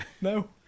No